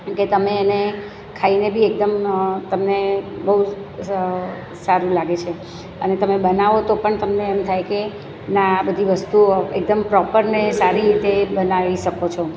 કે તમે એને ખાઈને બી એકદમ તમને બહુ સારું લાગે છે અને તમે બનાવો તો પણ તમે એમ થાય કે ના આ બધી વસ્તુઓ એકદમ પ્રોપરને સારી રીતે બનાવી શકો છો